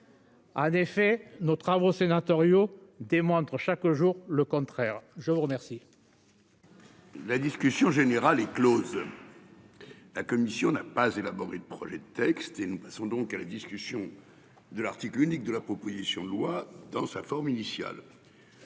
En effet, nos travaux sénatoriaux démontre chaque jour le contraire. Je vous remercie.-- La discussion générale est Close. La commission n'a pas élaboré de projet de textile sont donc à la discussion de l'article unique de la proposition de loi dans sa forme initiale.